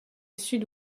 sud